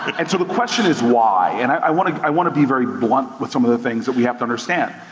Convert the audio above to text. and so the question is why? and i wanna i wanna be very blunt with some of the things that we have to understand.